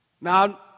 Now